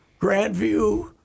Grandview